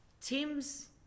teams